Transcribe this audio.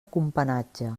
companatge